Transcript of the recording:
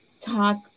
talk